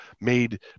made